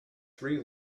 three